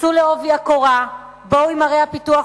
תיכנסו בעובי הקורה, בואו בדברים עם ערי הפיתוח.